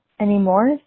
anymore